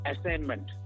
assignment